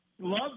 love